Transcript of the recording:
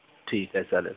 ठीक आहे चालेल